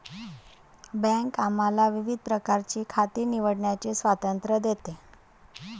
bank आम्हाला विविध प्रकारची खाती निवडण्याचे स्वातंत्र्य देते